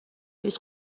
هیچ